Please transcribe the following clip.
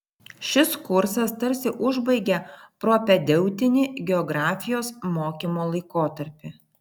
šis kursas tarsi užbaigia propedeutinį geografijos mokymo laikotarpį